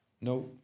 no